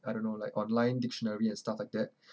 I don't know like online dictionary and stuff like that